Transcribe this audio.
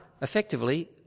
effectively